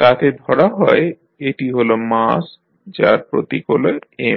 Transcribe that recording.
তাতে ধরা হয় এটি হল মাস যার প্রতীক হল M